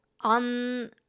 on